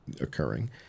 occurring